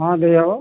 ହଁ ଦେଇହେବ